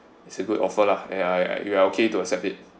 it's a good offer lah and I we are okay to accept it